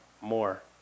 More